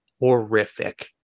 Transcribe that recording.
horrific